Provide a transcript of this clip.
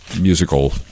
musical